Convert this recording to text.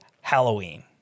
Halloween